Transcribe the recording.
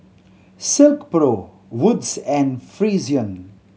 Silkpro Wood's and Frixion